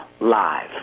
live